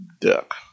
Duck